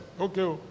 Okay